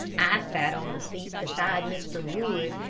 i sat on the seat beside mr. wood,